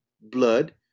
blood